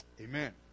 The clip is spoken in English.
Amen